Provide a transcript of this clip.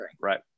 Right